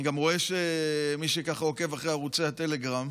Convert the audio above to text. אני גם רואה שמי שעוקב אחרי ערוץ הטלגרם,